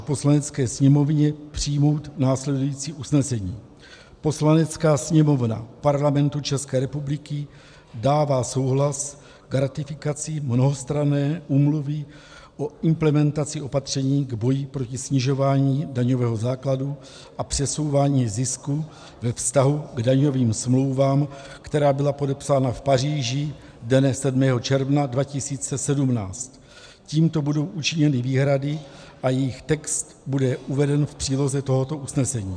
Poslanecké sněmovně přijmout následující usnesení: Poslanecká sněmovna Parlamentu České republiky dává souhlas k ratifikaci Mnohostranné úmluvy o implementaci opatření k boji proti snižování daňového základu a přesouvání zisků ve vztahu k daňovým smlouvám, která byla podepsána v Paříži dne 7. června 2017, s tím, že budou učiněny výhrady a jejich text bude uveden v příloze tohoto usnesení.